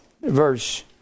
verse